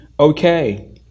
Okay